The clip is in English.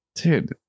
Dude